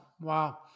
Wow